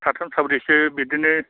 साथाम साब्रैसो बिदिनो